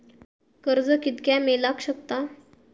कर्ज कितक्या मेलाक शकता?